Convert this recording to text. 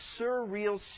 surreal